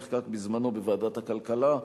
נחקק בזמנו בוועדת הכלכלה.